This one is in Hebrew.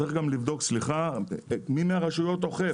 צריך גם לבדוק מי מהרשויות אוכף.